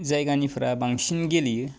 जायगानिफ्रा बांसिन गेलेयो